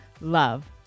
love